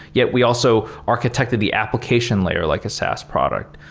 yet we also architected the application layer like a saas product.